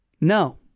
No